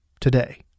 today